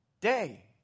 day